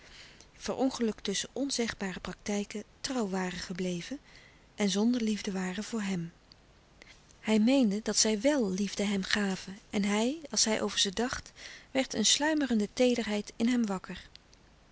verongelukt tusschen onzegbare praktijken trouw waren gebleven en zonder liefde waren voor hem hij meende dat zij wèl liefde hem gaven en hij als hij over ze dacht werd een sluimerende teederheid in hem wakker